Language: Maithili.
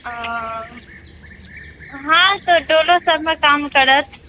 आ हाँ तऽ डोलो सभमे काम करत